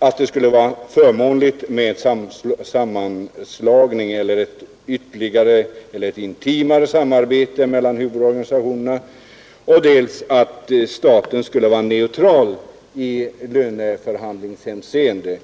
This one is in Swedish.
att det skulle vara förmånligt med en sammanslagning av eller en intimare samverkan mellan huvudorganisationerna, dels att staten anses vara neutral när det gäller löneförhandlingar.